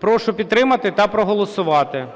Прошу підтримати та проголосувати.